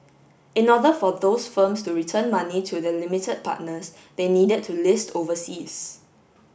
in other for those firms to return money to their limited partners they needed to list overseas